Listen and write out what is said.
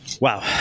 wow